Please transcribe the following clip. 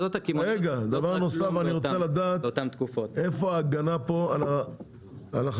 דבר נוסף, אני רוצה לדעת איפה ההגנה פה על החקלאי.